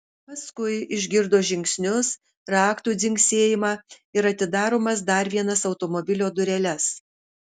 paskui išgirdo žingsnius raktų dzingsėjimą ir atidaromas dar vienas automobilio dureles